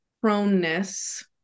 proneness